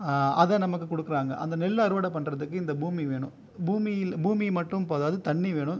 அதை நமக்கு கொடுக்குறாங்க அந்த நெல்லை அறுவடை பண்ணுறதுக்கு இந்த பூமி வேணும் பூமியில் பூமி மட்டும் போதாது தண்ணி வேணும்